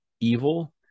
evil